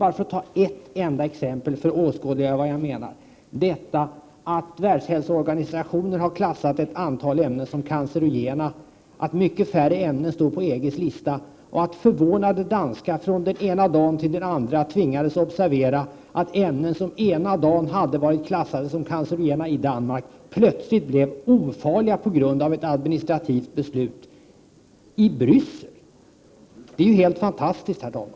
Jag tar ett enda exempel för att åskådliggöra vad jag menar. Världshälsoorganistionen har klassat ett antal ämnen som cancerogena. Mycket färre ämnen står på EG:s lista, och förvånade danskar tvingades observera att ämnen som den ena dagen varit klassade som cancerogena i Danmark den andra dagen plötsligt blev ofarliga på grund av ett administrativt beslut i Bryssel. Det är ju helt fantastiskt, herr talman.